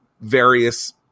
various